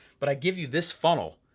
but i give you this funnel,